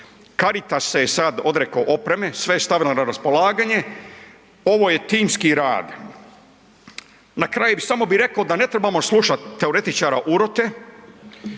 Caritas se sad odrekao opreme, sve je stavljeno na raspolaganje, ovo je timski rad. Na kraju bi samo reko da ne trebamo slušati teoretičare urote